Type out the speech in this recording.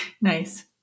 Nice